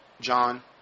John